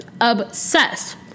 Obsessed